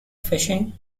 fishing